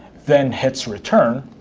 then hits return,